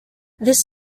this